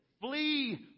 Flee